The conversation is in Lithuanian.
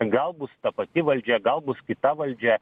gal bus ta pati valdžia gal bus kita valdžia